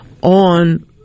on